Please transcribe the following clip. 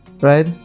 Right